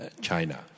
China